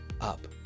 up